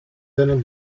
seiner